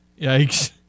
Yikes